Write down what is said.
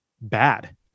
bad